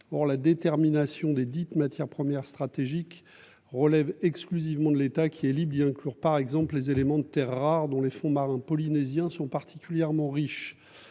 Or la détermination des dites matières premières stratégiques relève exclusivement de l'état qui est libre y inclure par exemple les éléments de Terres rares dont les fonds marins polynésiens sont particulièrement riche.